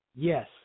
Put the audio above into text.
Yes